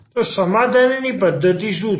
તો સમાધાન ની પદ્ધતિ શું છે